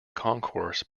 concourse